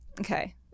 Okay